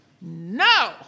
no